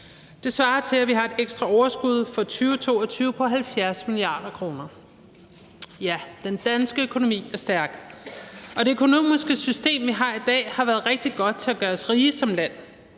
Det svarer til, at vi har et ekstra overskud for 2022 på 70 mia. kr. Ja, den danske økonomi er stærk, og det økonomiske system, vi har i dag, har været rigtig godt til at gøre os rige som land.